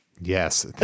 Yes